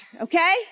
Okay